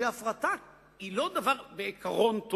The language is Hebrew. שהפרטה היא לא דבר טוב בעיקרון.